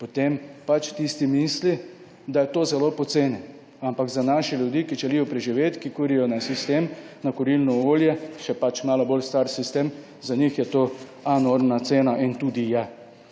potem tisti misli, da je to zelo poceni. Ampak za naše ljudi, ki želijo preživeti, ki kurijo na sistem na kurilno olje, še malo bolj star sistem, za njih je to enormna cena in tudi je.